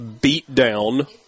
beatdown